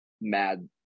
mad